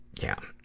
yeah.